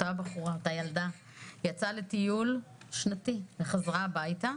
אותה ילדה יצאה לטיול שנתי וחזרה הביתה,